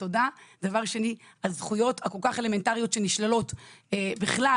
דבר שני על זכויות כל כך אלמנטריות שנשללות בכלל